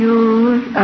use